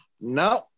No